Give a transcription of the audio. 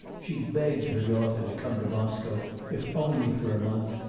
she begged her daughter to come to moscow if only for a month,